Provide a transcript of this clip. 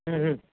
हूं हूं